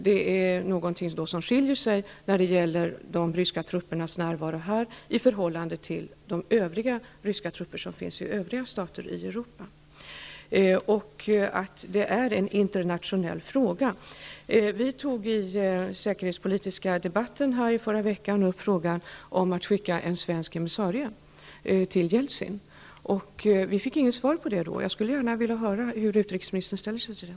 Det är en skillnad när det gäller de ryska truppernas närvaro i Baltikum i förhållande till ryska truppers närvaro i andra stater i Europa. Detta är en internationell fråga. Vi tog i den säkerhetspolitiska debatten förra veckan upp frågan om att skicka en svensk emissarie till Jeltsin. Vi fick inget svar på det -- jag skulle gärna vilja höra hur utrikesministern ställer sig till det.